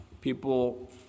people